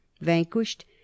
Vanquished